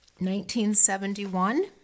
1971